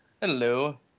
Hello